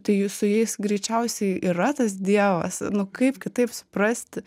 tai jūs su jais greičiausiai yra tas dievas nu kaip kitaip suprasti